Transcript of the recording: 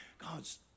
God's